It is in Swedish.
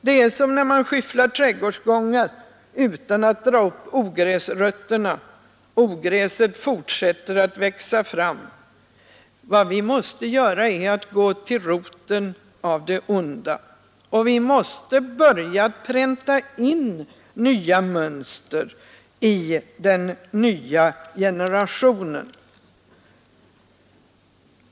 Det är som när man skyfflar trädgårdsgångar utan att dra upp ogräsrötterna: ogräset fortsätter att växa fram. Vad vi måste göra är att gå till roten av det onda. Vi måste börja pränta in nya mönster i den nya generationen.